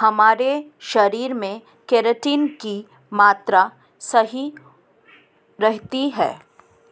हमारे शरीर में केराटिन की मात्रा सही रहती है